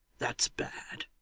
that's bad.